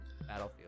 Battlefield